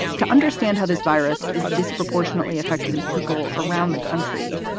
to understand how this virus is disproportionately affecting people around the country,